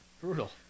Brutal